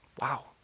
Wow